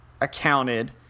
accounted